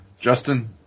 Justin